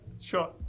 sure